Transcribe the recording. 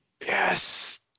yes